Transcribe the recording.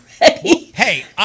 Hey